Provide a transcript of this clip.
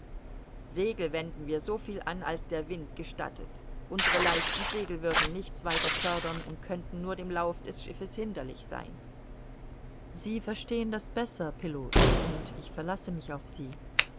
segel wenden wir soviel an als der wind gestattet unsere leichten segel würden nichts weiter fördern und könnten nur dem lauf des schiffes hinderlich sein sie verstehen das besser pilot und ich verlasse mich auf sie